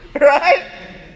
right